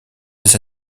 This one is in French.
des